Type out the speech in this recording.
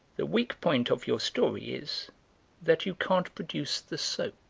the weak point of your story is that you can't produce the soap